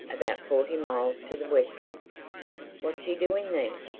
about forty miles to the westward. what's he doing there?